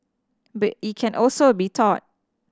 but it can also be taught